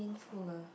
full lah